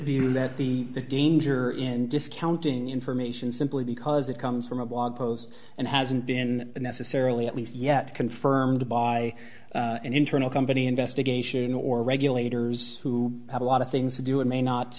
view that the danger in discounting information simply because it comes from a blog post and hasn't been necessarily at least yet confirmed by an internal company investigation or regulators who have a lot of things to do it may not